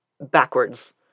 backwards